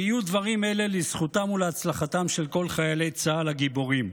ויהיו דברים אלה לזכותם ולהצלחתם של כל חיילי צה"ל הגיבורים.